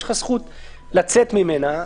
יש לך זכות לצאת ממנה,